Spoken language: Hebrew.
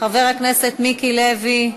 חבר הכנסת מיקי לוי,